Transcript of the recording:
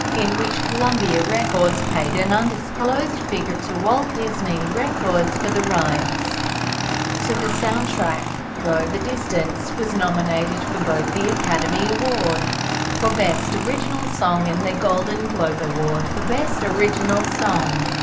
in which columbia records paid an undisclosed figure to walt disney records for the rights to the soundtrack. go the distance was nominated for both the academy award for best original song and the golden globe award for best original song,